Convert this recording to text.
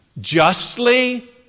justly